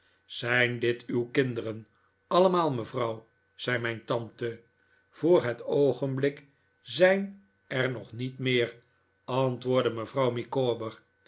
zijn dit uw kinderen allemaal mevrouw zei mijn tante voor het oogenblik zijn er nog niet meer antwoordde mevrouw